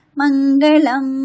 Mangalam